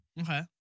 Okay